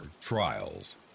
Trials